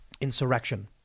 insurrection